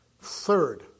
Third